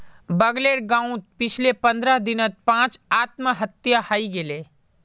बगलेर गांउत पिछले पंद्रह दिनत पांच आत्महत्या हइ गेले